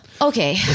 okay